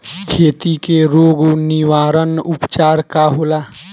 खेती के रोग निवारण उपचार का होला?